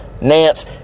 Nance